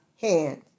hands